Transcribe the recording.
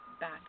back